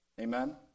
Amen